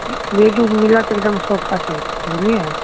bed ओड मिलत एकदम सोफासेट बुझलियै